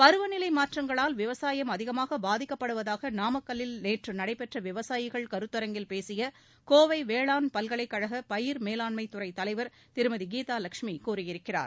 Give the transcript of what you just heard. பருவநிலை மாற்றங்களால் விவசாயம் அதிகமாக பாதிக்கப்படுவதாக நாமக்கல்லில் நேற்று நடைபெற்ற விவசாயிகள் கருத்தரங்கில் பேசிய கோவை வேளாண் பல்கலைக் கழக பயிர் மேலாண்மைத் துறை தலைவர் திருமதி கீதாலெட்சுமி கூறியிருக்கிறார்